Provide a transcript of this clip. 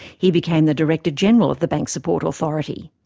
he became the director-general of the bank support authority.